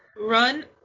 run